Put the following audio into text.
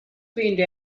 windy